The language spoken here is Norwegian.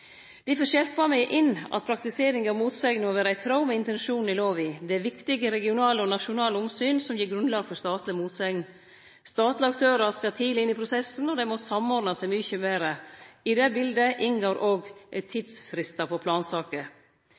Difor skjerpar me inn at praktiseringa av motsegner må vere i tråd med intensjonen i lova. Det er viktige regionale og nasjonale omsyn som gjev grunnlag for statleg motsegn. Statlege aktørar skal tidleg inn i prosessen og dei må samordna seg mykje betre. I det biletet inngår òg tidsfristar i plansaker.